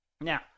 Now